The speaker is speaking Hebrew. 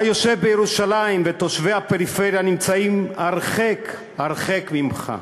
אתה יושב בירושלים ותושבי הפריפריה נמצאים הרחק-הרחק ממך.